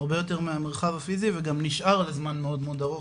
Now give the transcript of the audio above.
הרבה יותר מהמרחב הפיזי וגם נשאר לזמן מאוד מאוד ארוך,